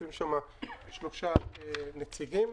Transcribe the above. יושבים שם שלושה נציגים.